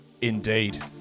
indeed